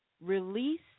release